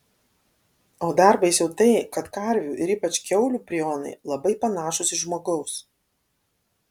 o dar baisiau tai kad karvių ir ypač kiaulių prionai labai panašūs į žmogaus